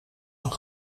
een